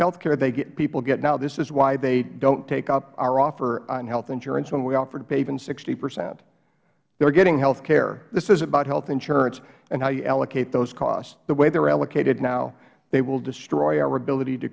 health care health care people get now this is why they don't take up our offer on health insurance when we offer to pay even sixty percent they are getting health care this is about health insurance and how you allocate those costs the way they are allocated now they will destroy our ability to